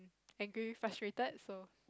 angry frustrated so